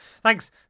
Thanks